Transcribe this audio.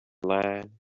line